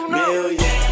million